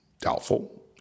doubtful